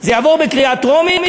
זה יעבור בקריאה טרומית,